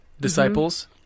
disciples